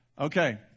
Okay